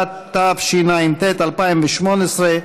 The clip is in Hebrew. [מס' מ/1229,